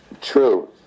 True